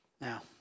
Now